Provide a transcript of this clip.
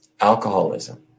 alcoholism